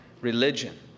religion